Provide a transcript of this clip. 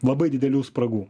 labai didelių spragų